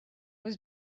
was